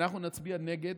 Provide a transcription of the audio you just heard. אנחנו נצביע נגד,